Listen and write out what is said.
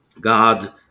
God